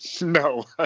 No